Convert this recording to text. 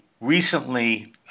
recently